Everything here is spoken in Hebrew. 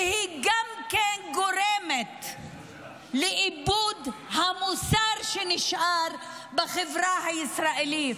והיא גורמת לאיבוד המוסר שנשאר בחברה הישראלית.